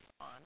on